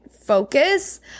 focus